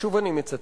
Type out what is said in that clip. ושוב אני מצטט,